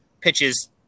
pitches –